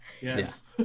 Yes